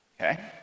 Okay